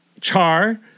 Char